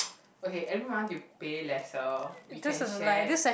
okay every month you pay lesser we can share